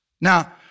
Now